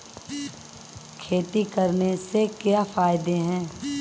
खेती करने से क्या क्या फायदे हैं?